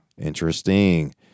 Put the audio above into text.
Interesting